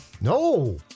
No